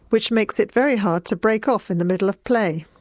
which makes it very hard to break off in the middle of play.